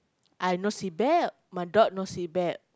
I have no seatbelt my dog no seatbelt